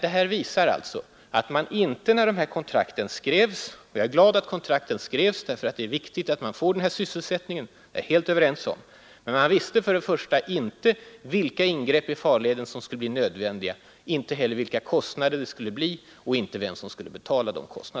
Detta visar att man inte när kontrakten skrevs — jag är glad att kontrakten skrevs för det är viktigt att man där får denna sysselsättning — visste vilka ingrepp i farleden som skulle bli nödvändiga att göra och inte heller hur höga kostnader det skulle bli och vem som skulle betala.